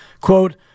quote